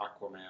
Aquaman